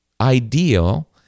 ideal